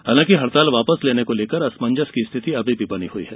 हालांकि हड़ताल वापस लेने को लेकर असमंजस की स्थिति अमी भी बनी हुई है